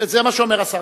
זה מה שאומר השר.